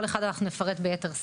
על כל נושא פה אנחנו נפרט ביתר שאת.